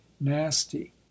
nasty